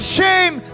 shame